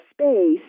space